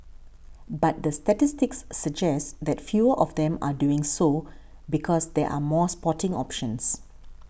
but the statistics suggest that fewer of them are doing so because there are more sporting options